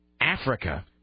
Africa